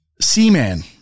Seaman